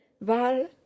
Val